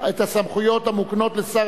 להעביר לראש הממשלה את הסמכויות המוקנות לשר